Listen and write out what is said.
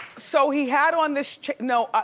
so he had on this, check, no,